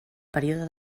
període